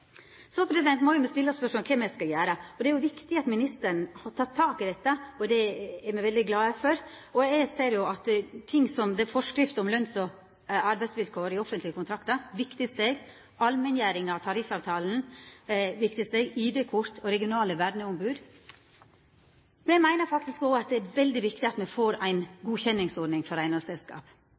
Så må me stilla oss spørsmålet kva me skal gjera. Det er viktig at ministeren har teke tak i dette, og det er me veldig glade for. Forskrift om løns- og arbeidsvilkår i offentlege kontraktar er eit viktig steg. Allmenngjering av tariffavtalen er eit viktig steg. ID-kort og regionale verneombod er viktige. Eg meiner faktisk at det òg er veldig viktig at me får ei godkjenningsordning for